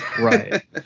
Right